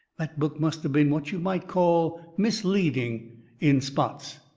that book must of been what you might call misleading in spots.